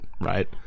right